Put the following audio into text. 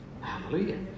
Hallelujah